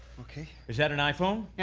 okay, is that an iphone?